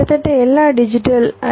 கிட்டத்தட்ட எல்லா டிஜிட்டல் ஐ